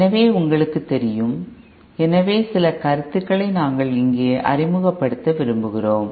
எனவே உங்களுக்குத் தெரியும் எனவே சில கருத்துக்களை நாங்கள் இங்கே அறிமுகப் படுத்த விரும்புகிறோம்